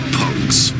punks